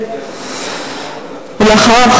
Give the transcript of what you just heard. ואחריו,